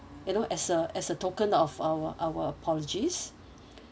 you know as a as a token of our our apologies